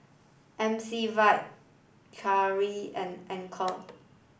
M C Vitie Carrera and Anchor